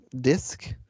disc